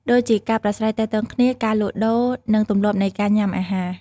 ដូចជាការប្រាស្រ័យទាក់ទងគ្នា ការលក់ដូរ និងទម្លាប់នៃការញ៉ាំអាហារ។